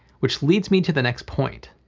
which leads me to the next point.